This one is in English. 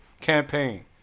Campaign